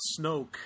snoke